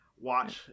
watch